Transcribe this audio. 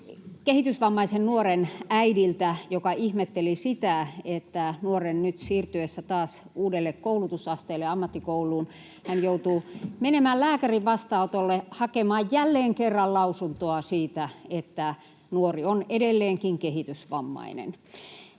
kehitysvammaisen nuoren äidiltä, joka ihmetteli sitä, että nuoren nyt siirtyessä taas uudelle koulutusasteelle ammattikouluun hän joutuu menemään lääkärin vastaanotolle hakemaan jälleen kerran lausuntoa siitä, että nuori on edelleenkin kehitysvammainen.